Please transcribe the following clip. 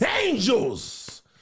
angels